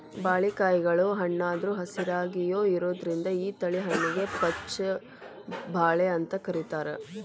ಬಾಳಿಕಾಯಿಗಳು ಹಣ್ಣಾದ್ರು ಹಸಿರಾಯಾಗಿಯೇ ಇರೋದ್ರಿಂದ ಈ ತಳಿ ಹಣ್ಣಿಗೆ ಪಚ್ಛ ಬಾಳೆ ಅಂತ ಕರೇತಾರ